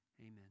Amen